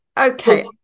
Okay